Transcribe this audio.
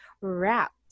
wrapped